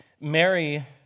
Mary